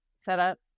setup